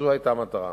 זו היתה המטרה.